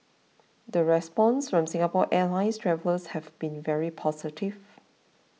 the response from Singapore Airlines travellers has been very positive